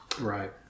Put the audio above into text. right